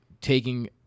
taking